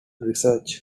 research